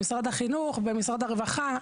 במשרד החינוך ובמשרד הרווחה.